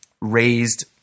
raised